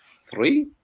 three